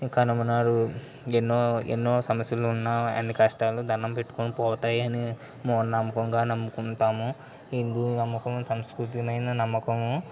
కనుమనాడు ఎన్నో సమస్యలు ఉన్నాయని కష్టాలు దండం పెట్టుకొని పోతాయని మూఢనమ్మకంగా నమ్ముకుంటాము హిందువుల నమ్మకం సంస్కృతియైన నమ్మకం